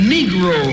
Negro